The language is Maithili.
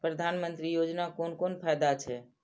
प्रधानमंत्री योजना कोन कोन फायदा छै?